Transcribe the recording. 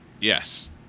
Yes